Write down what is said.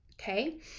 okay